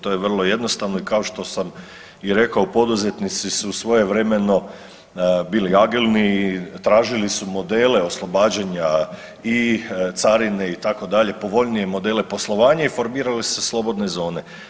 To je vrlo jednostavno i kao što sam i rekao, poduzetnici su svojevremeno bili agilni i tražili su modele oslobađanja i carine itd., povoljnije modele poslovanja i formirale se slobodne zone.